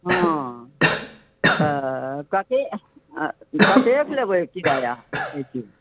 हँ तऽ कतेक कतेक लेबै किराया एक के